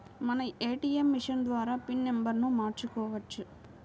మనం ATM machine ద్వారా pin నెంబర్ను మార్చుకోవచ్చు